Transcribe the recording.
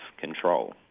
control